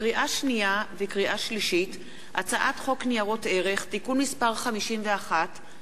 לקריאה שנייה ולקריאה שלישית: הצעת חוק ניירות ערך (תיקון מס' 51),